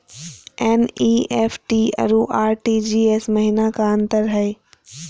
NEFT अरु RTGS महिना का अंतर हई?